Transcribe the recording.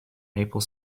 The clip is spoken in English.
maple